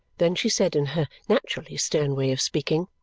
then she said in her naturally stern way of speaking,